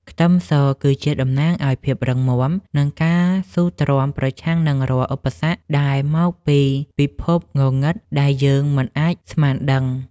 ខ្ទឹមសគឺជាតំណាងឱ្យភាពរឹងមាំនិងការស៊ូទ្រាំប្រឆាំងនឹងរាល់ឧបសគ្គដែលមកពីពិភពងងឹតដែលយើងមិនអាចស្មានដឹង។